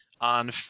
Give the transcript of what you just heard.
on